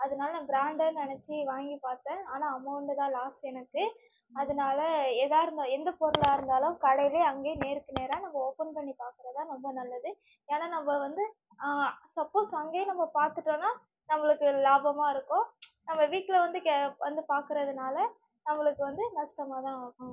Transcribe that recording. அதனால நான் ப்ராண்டாக நினைச்சி வாங்கி பார்த்தேன் ஆனால் அமௌண்டு தான் லாஸ் எனக்கு அதனால எதாக இருந்தா எந்த பொருளாக இருந்தாலும் கடையிலே அங்கே நேருக்கு நேராக நம்ம ஓபன் பண்ணி பார்க்குறதான் ரொம்ப நல்லது ஏன்னால் நம்ம வந்து சப்போஸ் அங்கே நம்ம பார்த்துட்டோனா நம்மளுக்கு லாபமாக இருக்கும் நம்ம வீட்டில் வந்து கே பார்க்குறதுனால நம்மளுக்கு வந்து நஷ்டமாகதான் ஆகும்